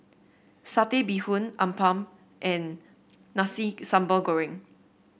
Satay Bee Hoon appam and Nasi Sambal Goreng